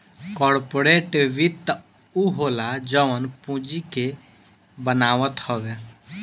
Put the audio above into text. corporate वित्त उ होला जवन पूंजी जे बनावत हवे